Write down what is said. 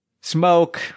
smoke